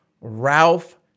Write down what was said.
Ralph